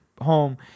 home